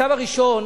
הצו הראשון,